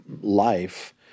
life